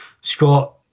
Scott